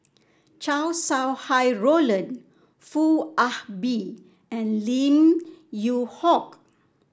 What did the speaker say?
Chow Sau Hai Roland Foo Ah Bee and Lim Yew Hock